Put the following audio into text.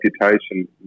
reputation